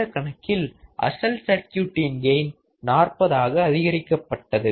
இந்தக் கணக்கில் அசல் சர்க்யூட்டின் கெயின் 40 ஆக அதிகரிக்கப்பட்டது